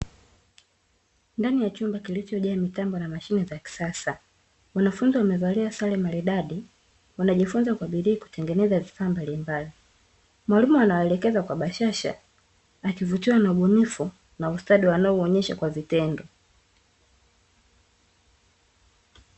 Ndani ya chumba kilichojaa mitambo na mashine za kisasa, wanafunzi wamevalia sare maridadi, wanajifunza kwa bidii kutengeneza vifaa mbalimbali. Mwalimu anawaelekeza kwa bashasha, akivutiwa na ubunifu na ustadi wanaouonyesha kwa vitendo.